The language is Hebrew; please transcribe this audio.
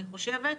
אני חושבת,